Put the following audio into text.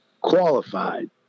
qualified